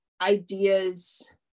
ideas